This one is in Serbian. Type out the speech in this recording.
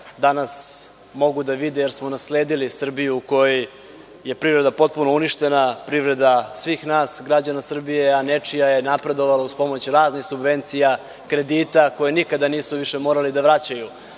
danas mogu da vide, jer smo nasledili Srbiju u kojoj je privreda potpuno uništena, privreda svih nas građana Srbije, a nečija je napredovala uz pomoć raznih subvencija, kredita koje nikada nisu više morali da vraćaju.